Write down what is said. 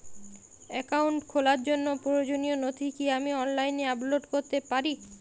Account খোলার জন্য প্রয়োজনীয় নথি কি আমি অনলাইনে আপলোড করতে পারি?